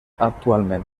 actualment